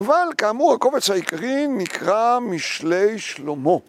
אבל כאמור הקובץ העיקרי נקרא משלי שלמה